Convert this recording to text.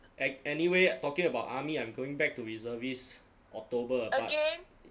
an~ anyway talking about army I'm going back to reservist october